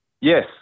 Yes